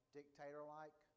dictator-like